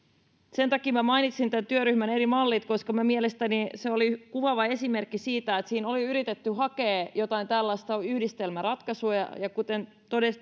sen takia mainitsin tämän työryhmän eri mallit että mielestäni se oli kuvaava esimerkki siitä että siinä oli yritetty hakea jotain tällaista yhdistelmäratkaisua ja ja kuten